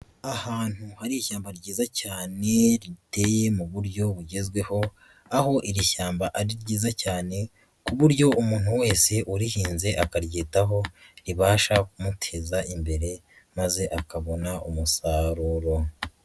Ahantu hari ishyamba ryiza cyane riteye mu buryo bugezweho aho iri shyamba ari ryiza cyane, ku buryo umuntu wese urihinze akaryitaho ribasha kumuteza imbere maze akabona umusaruro.